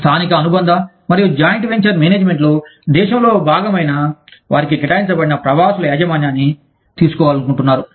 స్థానిక అనుబంధ మరియు జాయింట్ వెంచర్ మేనేజ్మెంట్లు దేశంలో భాగమయిన వారికి కేటాయించబడిన ప్రవాసులు యాజమాన్యాన్ని తీసుకోవాలనుకుంటున్నారు